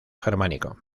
germánico